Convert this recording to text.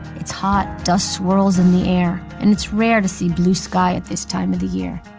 it's hot. dust swirls in the air, and it's rare to see blue sky at this time of the year.